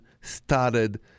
started